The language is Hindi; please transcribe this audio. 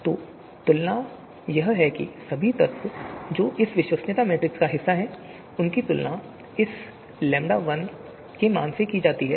तो तुलना यह है कि सभी तत्व जो इस विश्वसनीयता मैट्रिक्स का हिस्सा हैं उनकी तुलना इस λ1 मान से की जाती है